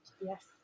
Yes